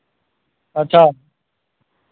अच्छा